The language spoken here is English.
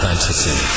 Fantasy